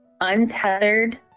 untethered